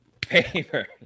paper